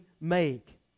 make